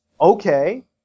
okay